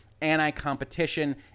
anti-competition